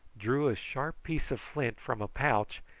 drew a sharp piece of flint from a pouch,